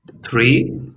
Three